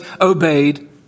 obeyed